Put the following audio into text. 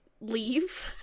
leave